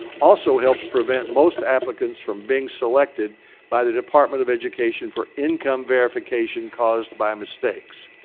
also helps prevent most applicants from being selected by the department of education for income verification caused by mistakes,